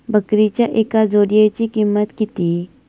बकरीच्या एका जोडयेची किंमत किती?